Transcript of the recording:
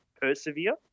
persevere